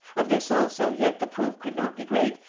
of this also yet the proof could not be great,